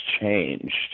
changed